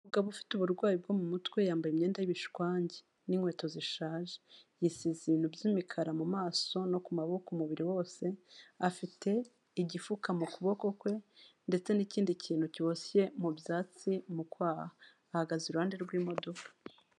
Umugabo ufite uburwayi bwo mu mutwe yambaye imyenda y'ibishwangi n'inkweto zishaje, yisize ibintu by'imikara mu maso no ku maboko umubiri wose, afite igifuka mu kuboko kwe ndetse n'ikindi kintu kiboshye mu byatsi mu kwaha, ahagaze iruhande rw'imodoka.